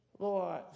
Lord